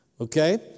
Okay